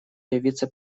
явиться